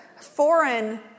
foreign